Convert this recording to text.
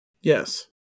Yes